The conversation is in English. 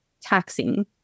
taxing